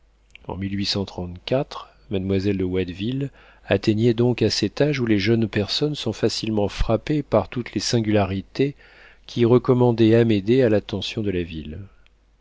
en mademoiselle de watteville atteignait donc à cet âge où les jeunes personnes sont facilement frappées par toutes les singularités qui recommandaient amédée à l'attention de la ville